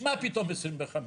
מה פתאום 25?